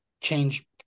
change